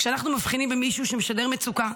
כשאנחנו מבחינים במישהו שמשדר מצוקה,